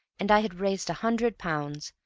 and i had raised a hundred pounds,